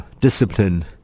discipline